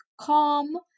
calm